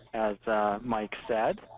as mike said.